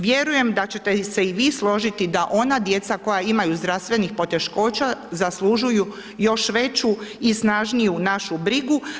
Vjerujem da ćete se i vi složiti da ona djeca koja imaju zdravstvenih poteškoća zaslužuju još veću i snažniju našu brigu.